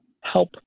help